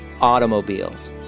Automobiles